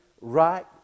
right